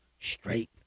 straight